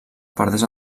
perdés